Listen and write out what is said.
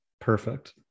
Perfect